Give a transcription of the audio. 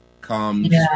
comes